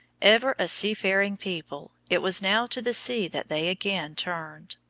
ever a sea-faring people, it was now to the sea that they again turned.